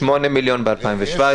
8 מיליון ב-2017,